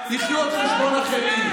הציבור העיף אותך,